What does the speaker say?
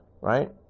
right